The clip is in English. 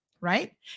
right